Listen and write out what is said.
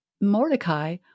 Mordecai